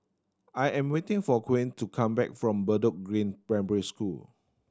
I am waiting for Quint to come back from Bedok Green Primary School